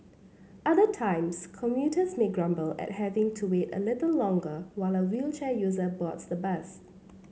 other times commuters may grumble at having to wait a little longer while a wheelchair user boards the bus